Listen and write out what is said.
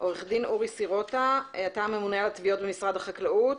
אורי סירוטה, הממונה על התביעות במשרד החקלאות,